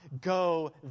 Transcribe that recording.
go